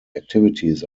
activities